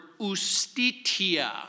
ustitia